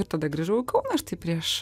ir tada grįžau į kauną štai prieš